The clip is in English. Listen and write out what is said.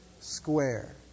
square